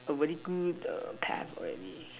a really good time already